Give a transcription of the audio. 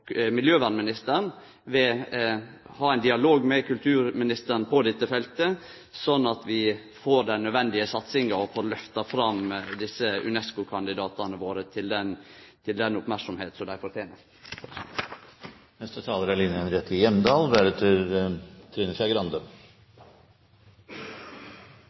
miljøvernministeren vil ha ein dialog med kulturministeren på dette feltet, sånn at vi får den nødvendige satsinga og får lyfta fram desse UNESCO-kandidatane våre til den merksemda som dei